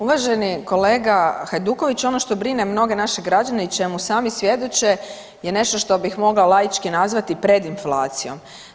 Uvaženi kolega Hajduković ono što brine mnoge naše građane i čemu sami svjedoče je nešto što bih mogla laički nazvati preinflacijom.